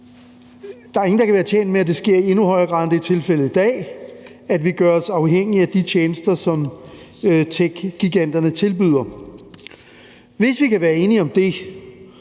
der er ingen, der kan være tjent med, at det sker i endnu højere grad, end det er tilfældet i dag, at vi gøres afhængige af de tjenester, som techgiganterne tilbyder. Hvis vi kan være enige om det,